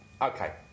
okay